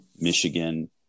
Michigan